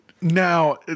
Now